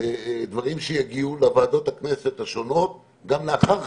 דברים שיגיעו לוועדות הכנסת השונות גם לאחר חקיקתם,